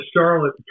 charlotte